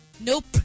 nope